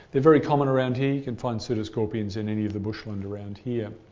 they're very common around here. you can find pseudoscorpions in any of the bushland around here.